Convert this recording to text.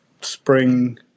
spring